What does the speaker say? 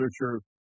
literature